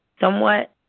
somewhat